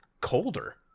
colder